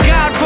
God